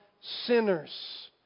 sinners